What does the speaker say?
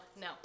no